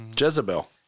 Jezebel